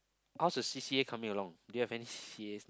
ours the C_C_A coming along they have any C_C_As